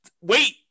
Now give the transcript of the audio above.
wait